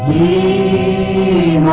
a